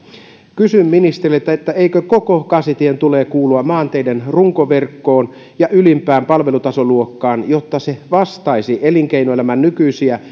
kysyn ministeriltä eikö koko kasitien tule kuulua maanteiden runkoverkkoon ja ylimpään palvelutasoluokkaan jotta se vastaisi elinkeinoelämän nykyisiä